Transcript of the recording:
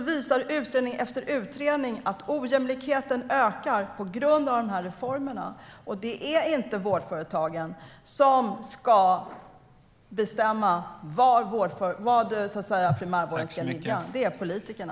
Utredning efter utredning visar att ojämlikheten ökar på grund av de här reformerna. Och det är inte vårdföretagen som ska bestämma var primärvården ska ligga; det är politikerna.